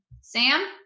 Sam